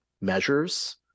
measures